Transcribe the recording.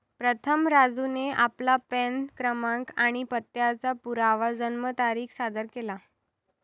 प्रथम राजूने आपला पॅन क्रमांक आणि पत्त्याचा पुरावा जन्मतारीख सादर केला